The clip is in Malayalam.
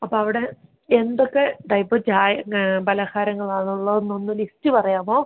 അപ്പം അവിടെ എന്തൊക്കെ ടൈപ്പ് ചായ പലഹാരങ്ങളാണ് ഉള്ളതെന്നൊന്ന് ലിസ്റ്റ് പറയാമോ